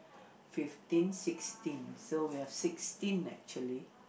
fifteen sixteen so we have sixteen actually